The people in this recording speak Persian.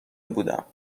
بودم